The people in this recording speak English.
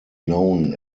known